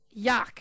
Yuck